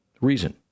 reason